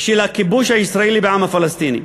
של הכיבוש הישראלי בעם הפלסטיני,